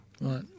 right